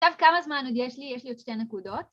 ‫עכשיו כמה זמן עוד יש לי? ‫יש לי עוד שתי נקודות.